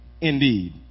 indeed